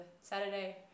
Saturday